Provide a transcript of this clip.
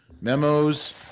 memos